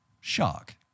Shark